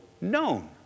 known